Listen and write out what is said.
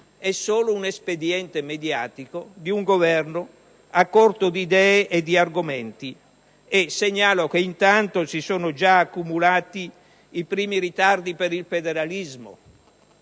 è solo un espediente mediatico di un Governo a corto di idee e di argomenti. Segnalo che intanto si sono già accumulati i primi ritardi per il federalismo.